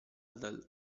dal